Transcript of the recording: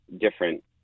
different